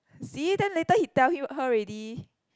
see then later he tell you her already